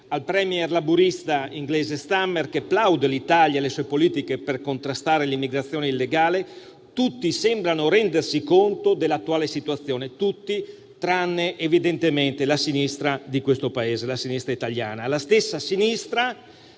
al *premier* laburista inglese Starmer, che plaude all'Italia e alle sue politiche per contrastare l'immigrazione illegale. Tutti sembrano rendersi conto dell'attuale situazione, tutti tranne evidentemente la sinistra italiana; la stessa sinistra che